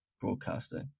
broadcasting